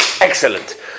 Excellent